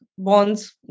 bonds